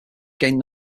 gained